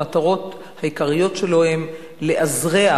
המטרות העיקריות שלו הן לאזרח,